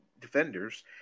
defenders